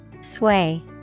Sway